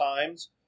times